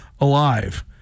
alive